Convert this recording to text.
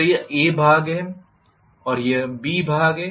तो यह A भाग है और यह B भाग है